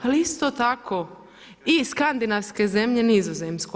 Ali isto tako i Skandinavske zemlje Nizozemsku.